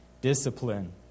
discipline